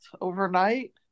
overnight